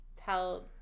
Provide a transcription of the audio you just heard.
tell